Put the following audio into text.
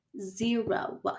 zero